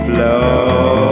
Flow